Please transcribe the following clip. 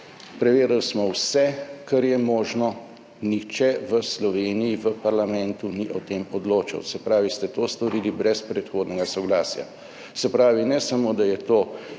Preverili smo vse, kar je možno, nihče v Sloveniji v parlamentu ni o tem odločal, se pravi, ste to storili brez predhodnega soglasja. Se pravi, ne samo, da je to